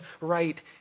right